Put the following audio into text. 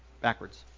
backwards